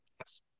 Yes